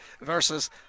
versus